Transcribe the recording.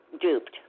duped